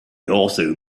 also